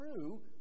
true